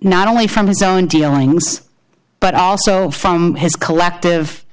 not only from his own dealings but also from his collective